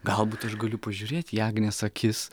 galbūt aš galiu pažiūrėti į agnės akis